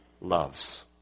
loves